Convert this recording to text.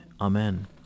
Amen